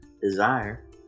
desire